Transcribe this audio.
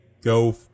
go